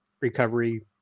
recovery